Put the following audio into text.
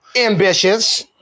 Ambitious